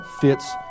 fits